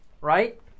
right